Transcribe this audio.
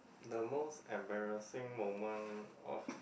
the most embarrassing moment of